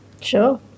sure